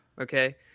Okay